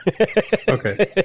Okay